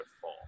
fall